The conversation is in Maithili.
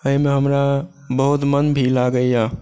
एहिमे हमरा बहुत मोन भी लागैए